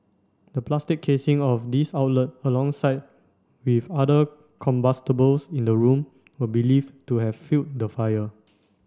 the plastic casing of these outlet alongside with other combustibles in the room were believed to have fuelled the fire